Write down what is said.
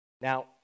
Now